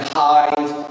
hide